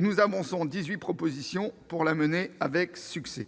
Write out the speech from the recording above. Nous avançons dix-huit propositions pour la mener avec succès.